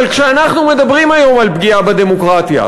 אבל כשאנחנו מדברים היום על פגיעה בדמוקרטיה,